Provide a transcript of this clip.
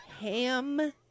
Ham